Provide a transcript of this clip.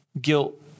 guilt